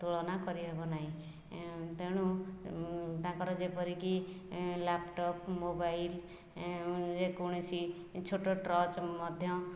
ତୁଳନା କରି ହେବନାହିଁ ତେଣୁ ତାଙ୍କର ଯେପରି କି ଲ୍ୟାପଟପ୍ ମୋବାଇଲ ଯେକୌଣସି ଛୋଟ ଟର୍ଚ୍ଚ ମଧ୍ୟ